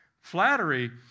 Flattery